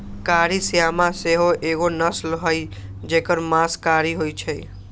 कारी श्यामा सेहो एगो नस्ल हई जेकर मास कारी होइ छइ